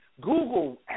Google